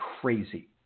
crazy